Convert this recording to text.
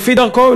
לפי דרכו,